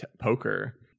poker